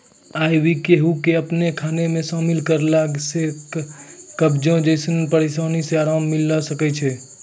आइ.वी कद्दू के अपनो खाना मे शामिल करला से कब्जो जैसनो परेशानी से अराम मिलै सकै छै